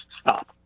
stop